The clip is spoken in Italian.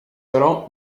però